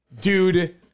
dude